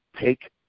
take